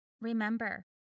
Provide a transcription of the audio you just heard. Remember